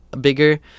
bigger